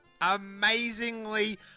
amazingly